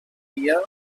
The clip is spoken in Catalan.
via